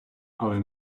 але